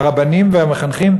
הרבנים והמחנכים,